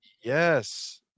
yes